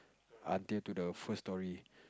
until to the first story